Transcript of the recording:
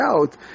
out